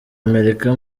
amerika